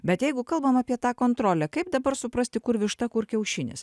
bet jeigu kalbam apie tą kontrolę kaip dabar suprasti kur višta kur kiaušinis